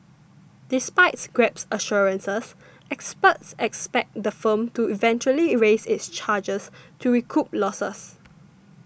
despite Grab's assurances experts expect the firm to eventually raise its charges to recoup losses